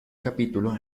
capítulo